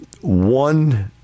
one